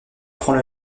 prend